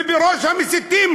ובראש המסיתים,